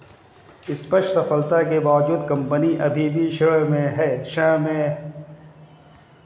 स्पष्ट सफलता के बावजूद कंपनी अभी भी ऋण में थी